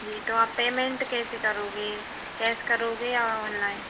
जी तो आप पेमेंट कैसे करोगे कैस करोगे या ऑनलाइन